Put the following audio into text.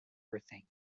birthday